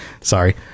sorry